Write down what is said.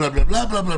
בלה בלה בלה.